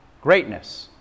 Greatness